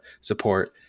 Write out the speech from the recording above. support